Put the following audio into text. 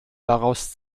daraus